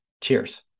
Cheers